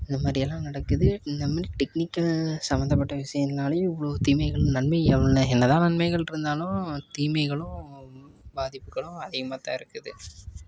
இந்தமாதிரியெல்லாம் நடக்குது இந்தமாதிரி டெக்கனிக்கல் சம்பந்தப்பட்ட விஷயங்கள்னாலையும் இவ்வளோ தீமைகள் நம்மை என்ன என்ன தான் நன்மைகள் இருந்தாலும் தீமைகளும் பாதிப்புகளும் அதிகமாக தான் இருக்குது